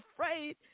afraid